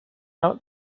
out